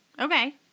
Okay